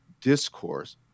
discourse